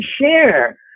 share